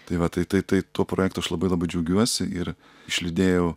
tai va tai tai tai tuo projektu aš labai labai džiaugiuosi ir išlydėjau